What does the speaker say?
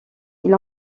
ils